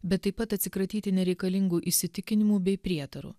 bet taip pat atsikratyti nereikalingų įsitikinimų bei prietarų